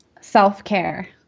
self-care